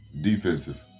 Defensive